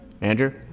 andrew